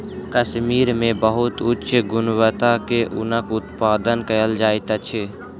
कश्मीर मे बहुत उच्च गुणवत्ता के ऊनक उत्पादन कयल जाइत अछि